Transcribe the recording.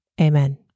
Amen